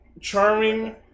charming